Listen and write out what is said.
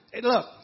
Look